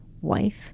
wife